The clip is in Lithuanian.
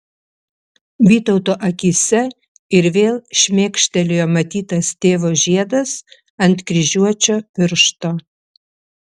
vytauto akyse ir vėl šmėkštelėjo matytas tėvo žiedas ant kryžiuočio piršto